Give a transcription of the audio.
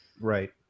Right